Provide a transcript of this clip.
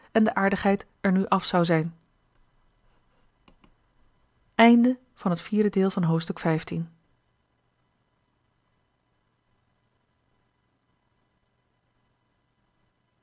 en de aardigheid er nu af zou zijn